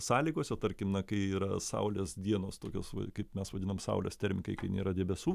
sąlygose tarkim na kai yra saulės dienos tokios kaip mes vadinam saulės termikai kai nėra debesų